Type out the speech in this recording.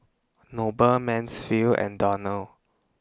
Noble Mansfield and Donnell